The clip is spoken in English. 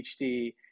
PhD